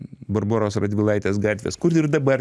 barboros radvilaitės gatvės kur ir dabar